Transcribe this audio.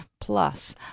plus